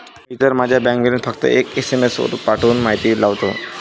मी तर माझा bank balance फक्त एक एस.एम.एस पाठवून माहिती लावतो